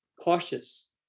cautious